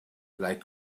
like